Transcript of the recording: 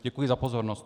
Děkuji za pozornost.